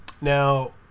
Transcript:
Now